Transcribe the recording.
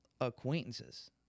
acquaintances